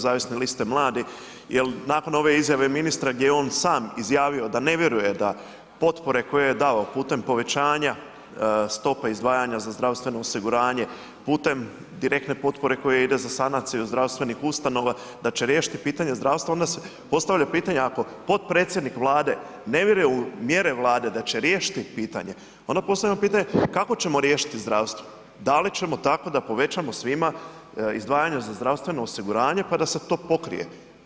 Tražim stanku u ime Kluba nezavisne liste mladih jer nakon ove izjave ministra gdje je on sam izjavio da ne vjeruje da potpore koje je dao putem povećanja stope izdvajanja za zdravstveno osiguranje, putem direktne potpore koja ide za sanaciju zdravstvenih ustanova, da će riješiti pitanje zdravstva onda se postavlja pitanje ako potpredsjednik Vlade ne vjerujem u mjere Vlade da će riješiti pitanje onda postavljamo pitanje kako ćemo riješiti zdravstvo da li ćemo tako da povećamo svima izdvajanja za zdravstveno osiguranje pa da se to pokrije.